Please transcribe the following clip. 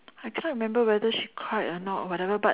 I can't remember whether she cried or not whatever but